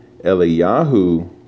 Eliyahu